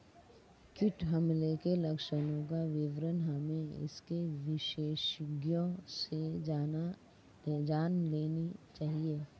कीट हमले के लक्षणों का विवरण हमें इसके विशेषज्ञों से जान लेनी चाहिए